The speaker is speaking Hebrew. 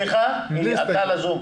מוריה ב-זום.